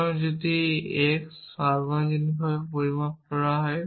সুতরাং যদি x সর্বজনীনভাবে পরিমাপ করা হয়